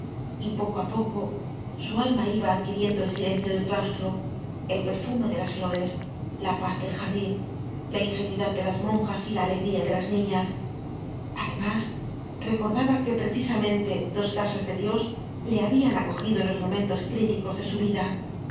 y poco á poco su alma iba adquiriendo el silencio del claustro el perfume de las flores la paz del jardin la ingenuidad de las monjas y la alegría de las niñas además recordaba que precisamente dos casas de dios le habian acogido en los momentos críticos de su vida